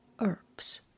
herbs